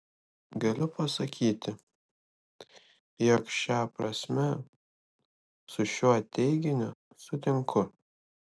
galiu pasakyti jog šia prasme su šiuo teiginiu sutinku